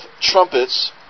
trumpets